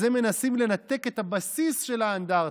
אז הם מנסים לנתק את הבסיס של האנדרטה,